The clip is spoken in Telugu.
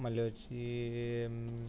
మళ్ళీ వచ్చి